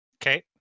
Okay